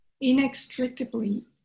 inextricably